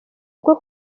bwo